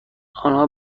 آنها